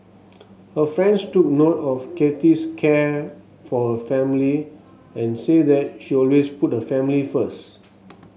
her friends took note of Kathy's care for her family and said that she always put her family first